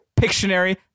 Pictionary